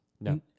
No